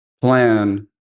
plan